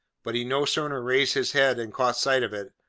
but he no sooner raised his head and caught sight of it,